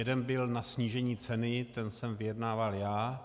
Jeden byl na snížení ceny, ten jsem vyjednával já.